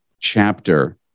chapter